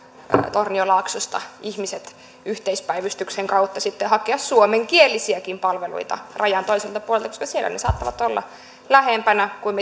tornionlaaksosta ihmiset yhteispäivystyksen kautta sitten hakea suomenkielisiäkin palveluita rajan toiselta puolelta koska siellä ne saattavat olla lähempänä kuin